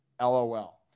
LOL